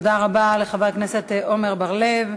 תודה רבה לחבר הכנסת עמר בר-לב.